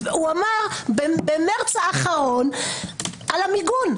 הוא אמר: במרס האחרון על המיגון,